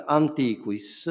antiquis